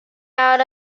out